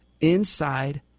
inside